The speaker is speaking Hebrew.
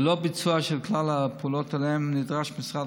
ללא ביצוע של כלל הפעולות שלהן נדרש משרד